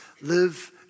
live